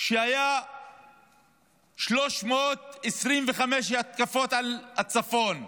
כשהיו 325 התקפות על הצפון.